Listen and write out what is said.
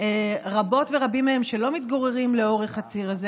רבות ורבים מהם שלא מתגוררים לאורך הציר הזה,